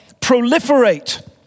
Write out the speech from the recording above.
proliferate